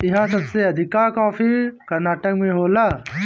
इहा सबसे अधिका कॉफ़ी कर्नाटक में होला